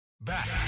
Back